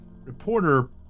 Reporter